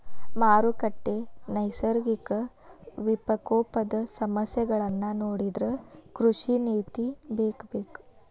ಮಾರುಕಟ್ಟೆ, ನೈಸರ್ಗಿಕ ವಿಪಕೋಪದ ಸಮಸ್ಯೆಗಳನ್ನಾ ನೊಡಿದ್ರ ಕೃಷಿ ನೇತಿ ಬೇಕಬೇಕ